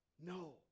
No